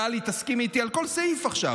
טלי, תסכימי איתי על כל סעיף עכשיו.